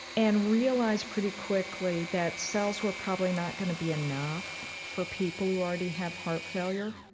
and realized pretty quickly that cells were probably not going to be enough for people who already have heart failure,